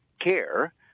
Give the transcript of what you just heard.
care